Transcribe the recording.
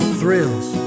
thrills